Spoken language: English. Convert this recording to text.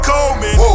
Coleman